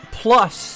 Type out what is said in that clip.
plus